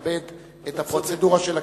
ונכבד את הפרוצדורה של הכנסת.